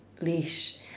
leash